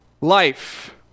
life